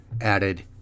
added